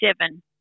seven